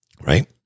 right